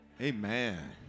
Amen